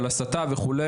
על הסתה וכו'.